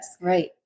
Right